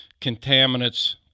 contaminants